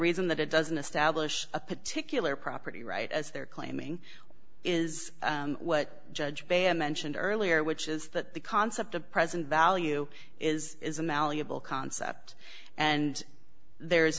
reason that it doesn't establish a particular property right as they're claiming is what judge ban mentioned earlier which is that the concept of present value is is a malleable concept and there